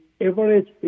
average